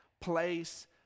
place